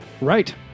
Right